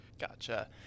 Gotcha